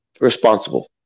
responsible